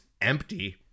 empty